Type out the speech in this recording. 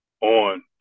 on